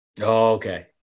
Okay